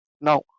Now